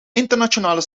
internationale